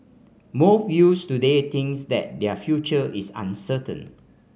more youths today thinks that their future is uncertain